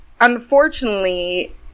unfortunately